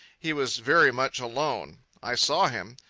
he was very much alone. i saw him.